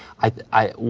i,